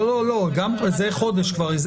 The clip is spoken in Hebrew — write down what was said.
לא, זה חודש כבר.